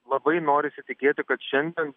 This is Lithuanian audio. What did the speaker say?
labai norisi tikėti kad šiandien